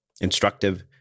instructive